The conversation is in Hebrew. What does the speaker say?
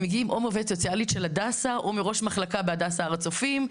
הם מגיעים או מעובדת סוציאלית של הדסה או מראש מחלקה בהדסה הר הצופים,